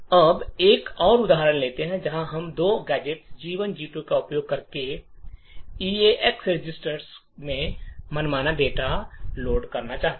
अब एक और उदाहरण लेते हैं जहां हम दो गैजेट G1 और G2 का उपयोग करके ईरेक्स रजिस्टर में मनमाना डेटा लोड करना चाहते हैं